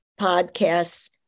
podcasts